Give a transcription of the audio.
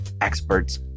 experts